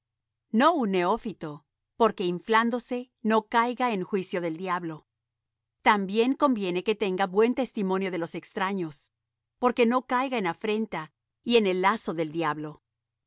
no un neófito porque inflándose no caiga en juicio del diablo también conviene que tenga buen testimonio de los extraños porque no caiga en afrenta y en lazo del diablo